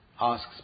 asks